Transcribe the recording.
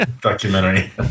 documentary